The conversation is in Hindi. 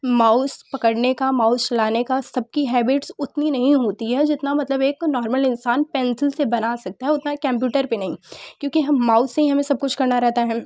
माउस पकड़ने का माउस चलाने का सबकी हेबिट्स उतनी नहीं होती है जितना मतलब एक नॉर्मल इंसान पेंसिल से बना सकता है उतना केंप्यूटर पे नहीं क्योंकि हम माउस से ही सब कुछ करना रहता है